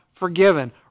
forgiven